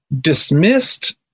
dismissed